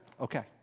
Okay